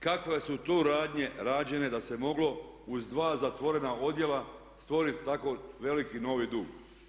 Kakve su tu radnje rađene da se moglo uz dva zatvorena odjela stvoriti tako veliki novi dug?